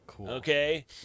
Okay